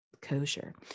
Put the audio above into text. kosher